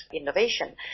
innovation